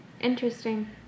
Interesting